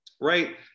right